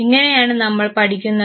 ഇങ്ങനെയാണ് നമ്മൾ പഠിക്കുന്നത്